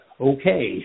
okay